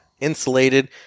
insulated